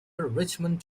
richmond